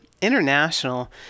international